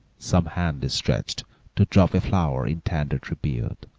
some hand is stretched to drop a flower in tender tribute.